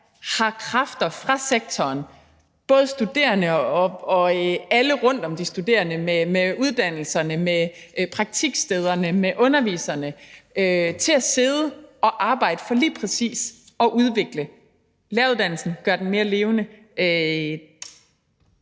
har kræfter fra sektoren, både studerende og alle rundt om de studerende, med uddannelserne, med praktikstederne, med underviserne, til at sidde at arbejde for lige præcis at udvikle læreruddannelsen og gøre den mere levende.